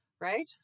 right